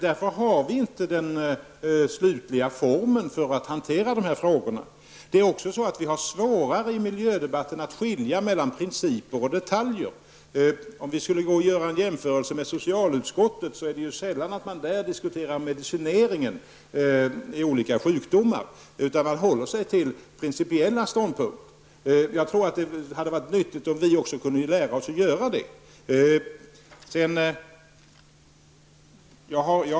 Därför har vi inte den slutliga formen för att hantera dessa frågor. Vi har också i miljödebatten svårare at skilja mellan principer och detaljer. Vi skulle kunna göra en jämförelse med socialutskottet. Det är ju sällan som man där diskuterar medicineringen vid olika sjukdomar; man håller sig till principiella ståndpunkter. Jag tror att det hade varit nyttigt om vi också kunde lära oss att göra det.